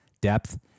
depth